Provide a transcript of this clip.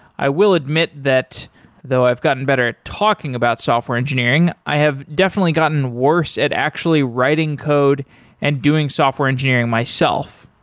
i will admit that though i've gotten better at talking about software engineering, i have definitely gotten worse at actually writing code and doing software engineering myself.